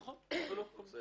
נכון.